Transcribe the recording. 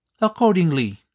Accordingly